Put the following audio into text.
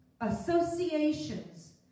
associations